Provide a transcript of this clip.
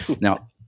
Now